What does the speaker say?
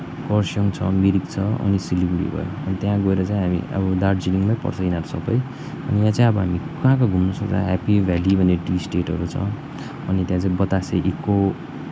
खरसाङ छ मिरिक छ अनि सिलगढी भयो अनि त्यहाँ गएर चाहिँ हामी अब दार्जिलिङमै पर्छ इनीहरू सबै अनि यहाँ चाहिँ अब हामी कहाँ कहाँ घुम्न सक्छ हेप्पी भ्याल्ली भन्ने टी इस्टेटहरू छ अनि त्यहाँ चाहिँ बतासे इको